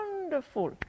wonderful